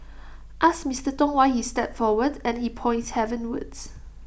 ask Mister Tong why he stepped forward and he points heavenwards